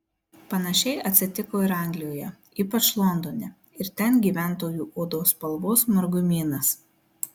panašiai atsitiko ir anglijoje ypač londone ir ten gyventojų odos spalvos margumynas